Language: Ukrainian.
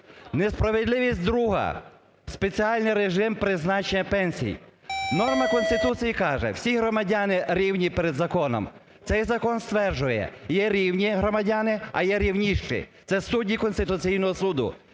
Несправедливість друга. Спеціальний режим призначення пенсій. Норма Конституції каже: "Всі громадяни рівні перед законом". Цей закон стверджує: є рівні громадяни, а є рівніші, це судді Конституційного Суду.